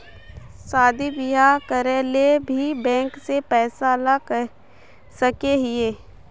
शादी बियाह करे ले भी बैंक से पैसा ला सके हिये?